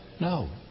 No